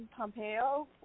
Pompeo